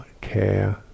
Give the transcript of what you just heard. care